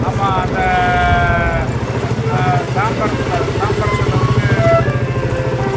ஆமாம் அந்த தாம்பரத்தில் தாம்பரத்தில் வந்து